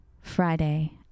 Friday